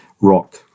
rock